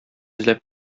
эзләп